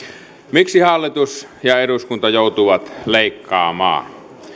miksi hallitus ja eduskunta joutuvat leikkaamaan